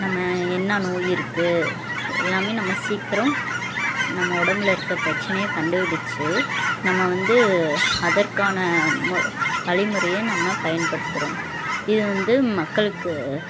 நம்ம என்ன நோய் இருக்குது எல்லாமே நம்ம சீக்கிரம் நம்ம உடம்பில் இருக்கற பிரச்சினைய கண்டுபிடித்து நம்ம வந்து அதற்கான மு வழிமுறைய நம்ம பயன்படுத்துறோம் இதுவந்து மக்களுக்கு